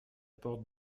porte